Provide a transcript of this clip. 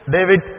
David